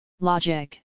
logic